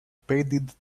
painted